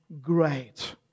great